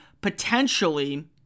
potentially